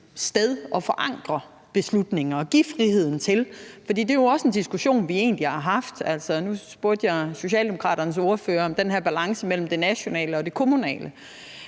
sted at forankre beslutningerne og give friheden, for det er jo egentlig også en diskussion, vi har haft. Nu spurgte jeg Socialdemokraternes ordfører om den her balance mellem det nationale og det kommunale,